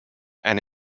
and